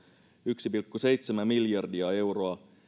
yksi pilkku seitsemän miljardia euroa